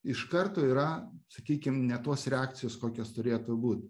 iš karto yra sakykim ne tos reakcijos kokios turėtų būt